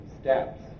steps